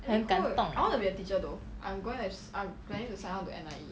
很感动